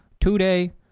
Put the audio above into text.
today